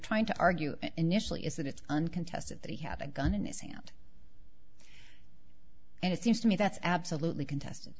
trying to argue initially is that it's uncontested that he had a gun in his hand and it seems to me that's absolutely contested